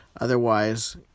Otherwise